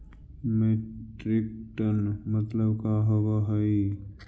Metric ton मतलब का होव हइ?